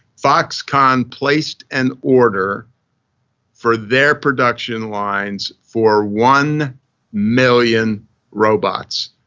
foxconn placed an order for their production lines for one million robots.